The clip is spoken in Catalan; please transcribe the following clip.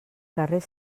carrer